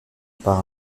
par